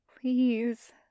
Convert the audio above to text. Please